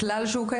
זה כלל שקיים.